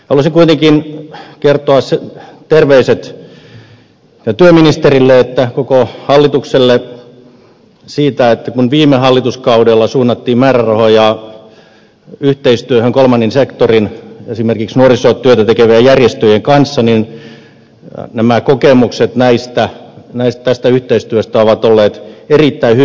haluaisin kuitenkin kertoa terveiset sekä työministerille että koko hallitukselle siitä että kun viime hallituskaudella suunnattiin määrärahoja yhteistyöhön kolmannen sektorin esimerkiksi nuorisotyötä tekevien järjestöjen kanssa kokemukset tästä yhteistyöstä ovat olleet erittäin hyviä